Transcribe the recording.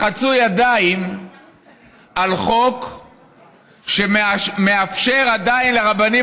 לחצו ידיים על חוק שמאפשר עדיין לרבנים